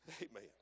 Amen